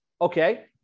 Okay